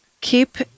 keep